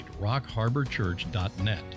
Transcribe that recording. rockharborchurch.net